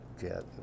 jet